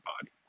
body